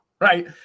Right